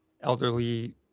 elderly